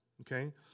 okay